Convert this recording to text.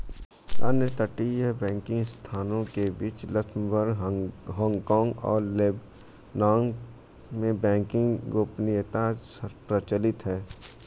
अन्य अपतटीय बैंकिंग संस्थानों के बीच लक्ज़मबर्ग, हांगकांग और लेबनान में बैंकिंग गोपनीयता प्रचलित है